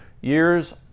years